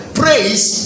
praise